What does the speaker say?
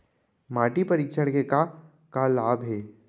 माटी परीक्षण के का का लाभ हे?